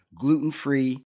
gluten-free